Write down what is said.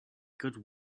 good